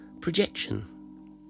projection